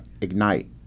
ignite